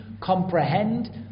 comprehend